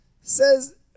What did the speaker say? says